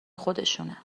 خودشونه